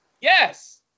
yes